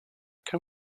can